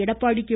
Edappadi K